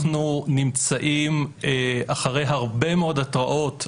אנחנו נמצאים אחרי הרבה מאוד התראות,